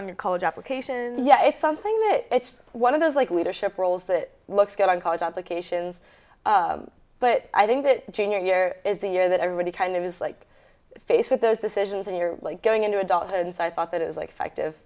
on your college application yeah it's something that it's one of those like leadership roles that looks good on college applications but i think that junior year is the year that everybody kind of is like faced with those decisions and you're going into adulthood and so i thought that it was like